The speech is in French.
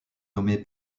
nommé